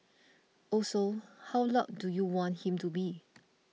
also how loud do you want him to be